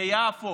ביפו,